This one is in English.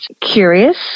curious